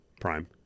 prime